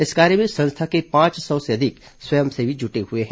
इस कार्य में संस्था के पांच सौ से अधिक स्वयंसेवी जुटे हुए हैं